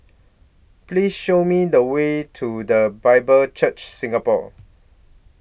Please Show Me The Way to The Bible Church Singapore